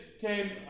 came